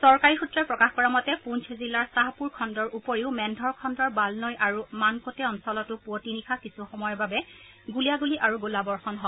চৰকাৰী সূত্ৰই প্ৰকাশ কৰা মতে পুঞ্চ জিলাৰ চাহপুৰ খণ্ডৰ উপৰিও মেন্ধৰ খণ্ডৰ বালনৈ আৰু মানকোটে অঞ্চলতো পুৱতি নিশা কিছু সময়ৰ বাবে গুলীয়াগুলি আৰু গোলাবৰ্ষণ হয়